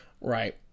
Right